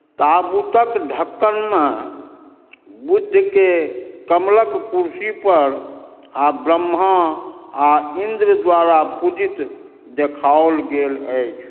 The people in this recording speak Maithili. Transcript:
ताबूतक ढक्कनमे बुद्धके कमलक कुरसी पर आ ब्रह्मा आ इन्द्र द्वारा पूजित देखाओल गेल अछि